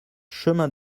chemin